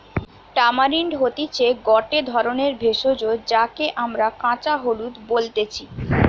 tamarind হতিছে গটে ধরণের ভেষজ যাকে আমরা কাঁচা হলুদ বলতেছি